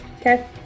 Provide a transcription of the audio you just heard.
Okay